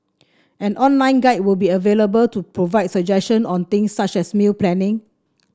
an online guide will be available to provide suggestions on things such as meal planning